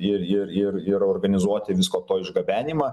ir ir ir ir organizuoti visko to išgabenimą